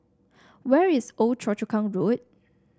where is Old Choa Chu Kang Road